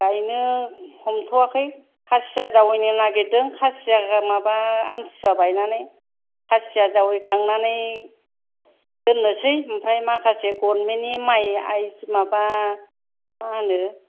गायनो हमथ'आखै खासिया जावैनो नागिरदों खासिया माबा आमथिसुवा बायनानै खासिया जावैखांनानै दोननोसै ओमफ्राय माखासे गरमेननि माइ आयस माबा माहोनो